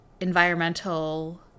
environmental